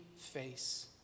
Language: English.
face